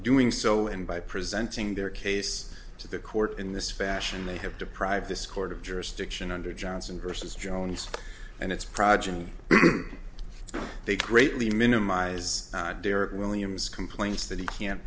doing so and by presenting their case to the court in this fashion they have deprived this court of jurisdiction under johnson versus jones and it's progeny they greatly minimize derek williams complains that he can't